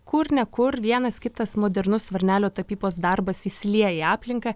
kur ne kur vienas kitas modernus varnelio tapybos darbas įsilieja į aplinką